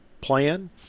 plan